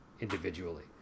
individually